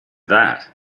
that